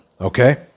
okay